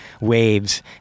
waves